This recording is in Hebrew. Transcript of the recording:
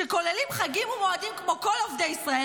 שכוללים חגים ומועדים כמו כל עובדי ישראל,